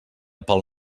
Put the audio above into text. pel